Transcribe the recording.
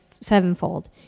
sevenfold